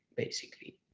basically.